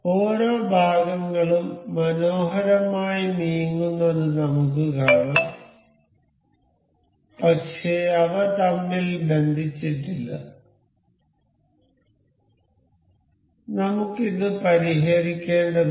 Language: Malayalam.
ഓരോ ഭാഗങ്ങളും മനോഹരമായി നീങ്ങുന്നത് നമുക്ക് കാണാം പക്ഷേ അവ തമ്മിൽ ബന്ധിപ്പിച്ചിട്ടില്ല നമുക്ക് ഇത് പരിഹരിക്കേണ്ടതുണ്ട്